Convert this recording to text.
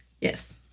Yes